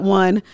one